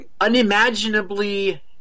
unimaginably